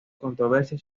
controversia